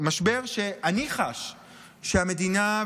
משבר שאני חש שהמדינה,